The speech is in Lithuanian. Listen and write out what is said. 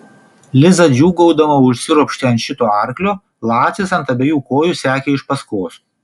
liza džiūgaudama užsiropštė ant šito arklio lacis ant abiejų kojų sekė iš paskos